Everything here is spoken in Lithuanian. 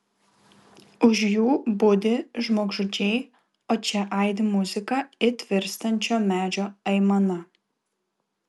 už jų budi žmogžudžiai o čia aidi muzika it virstančio medžio aimana